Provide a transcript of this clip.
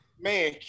Man